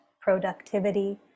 productivity